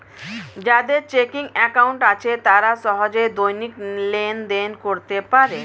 যাদের checking account আছে তারা সহজে দৈনিক লেনদেন করতে পারে